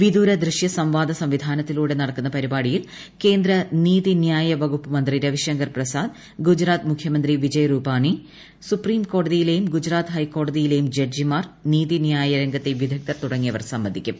വിദൂര ദൃശ്യ സ്ട്വാദ ്സംവിധാനത്തിലൂടെ നടക്കുന്ന പരിപാടിയിൽ കേന്ദ്ര നീതിന്ട്രിയ് വകുപ്പ് മന്ത്രി രവിശങ്കർ പ്രസാദ് ഗുജറാത്ത് മുഖ്യമുത്തി വിജയ് രൂപാണി സുപ്രീഠ കോടതിയിലെയും ഹൈക്കോടതിയിലെയും ജഡ്ജിമാർ നീതിന്യായ് രംഗത്തെ വിദഗ്ധർ തുടങ്ങിയവർ സംബന്ധിക്കും